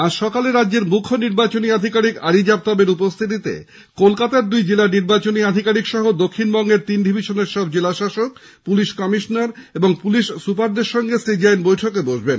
আজ সকালে রাজ্যের মুখ্য নির্বাচনী আধিকারিক আরিজ আফতাব এর উপস্থিতিতে কলকাতার দুই জেলা নির্বাচনী আধিকারিক সহ দক্ষিণবঙ্গের তিন ডিভিশনের সব জেলাশাসক পুলিশ কমিশনার ও পুলিশ সুপারদের সঙ্গে তিনি বৈঠকে বসবেন